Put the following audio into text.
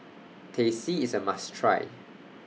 Teh C IS A must Try